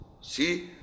see